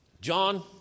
John